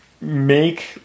make